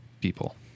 people